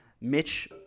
Mitch